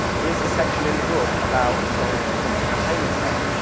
there is a section in the book about donald trump's campaigning style.